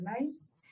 lives